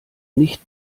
nicht